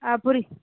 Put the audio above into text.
ஆ புரி